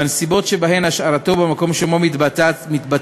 בנסיבות שבהן השארתו במקום שבו מתבצעת